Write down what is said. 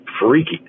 freaky